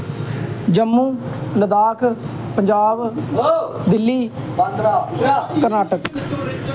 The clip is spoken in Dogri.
जम्मू लद्धाख पंजाब दिल्ली कर्नाटक